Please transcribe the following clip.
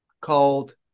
called